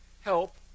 help